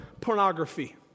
pornography